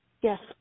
Yes